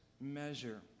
measure